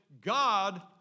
God